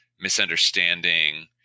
misunderstanding